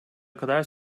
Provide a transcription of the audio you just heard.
kadar